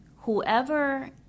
Whoever